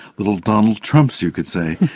little donald trumps you could say.